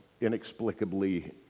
inexplicably